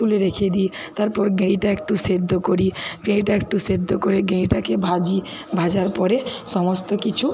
তুলে রেখে দিই তারপর গেঁড়িটা একটু সেদ্ধ করি গেঁড়িটা একটু সেদ্ধ করে গেঁড়িটাকে ভাজি ভাজার পরে সমস্ত কিছু